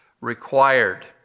required